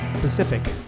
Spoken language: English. Pacific